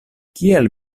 kial